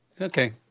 Okay